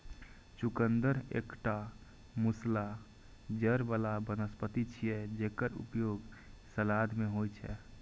चुकंदर एकटा मूसला जड़ बला वनस्पति छियै, जेकर उपयोग सलाद मे होइ छै